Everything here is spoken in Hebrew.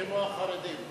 כמו החרדים.